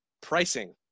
pricing